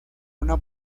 una